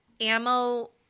ammo